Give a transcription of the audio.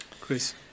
Chris